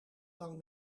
lang